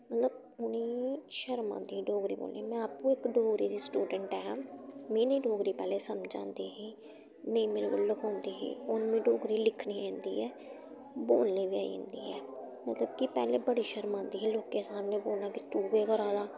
मतलब उ'नें गी शर्म औंदी डोगरी बोलने च में आपूं इक डोगरी दी स्टूडैंट ऐं में निं डोगरी पैह्लें समझ औंदी ही नेईं मेरे कोलूं लखोंदी ही हून मी डोगरी लिखनी आई जंदी ऐ बोलनी बी आई जंदी ऐ मतलब कि पैह्लें बड़ी शर्म औंदी ही लोकें सामनै बोलना के तूं केह् करा दां